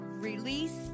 release